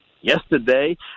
Yesterday